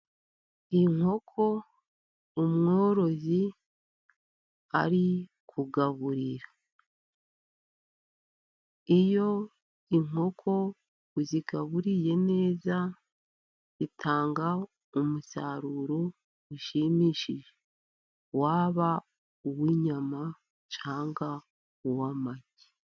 Inkoko umworozi ari kugaburira. Iyo inkoko uzigaburiye neza zitanga umusaruro ushimishije. Waba uw'inyama, cyangwa uw'amagi.